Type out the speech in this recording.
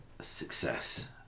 success